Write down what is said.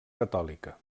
catòlica